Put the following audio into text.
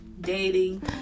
dating